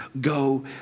go